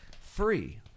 Free